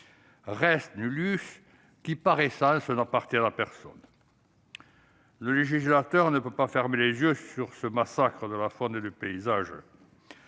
lesquels, par essence, n'appartiennent à personne. Le législateur ne peut pas fermer les yeux sur ce massacre de la faune et du paysage.